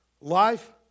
Life